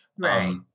Right